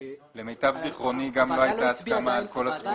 למיטב זיכרוני גם לא הייתה הסכמה על הכול.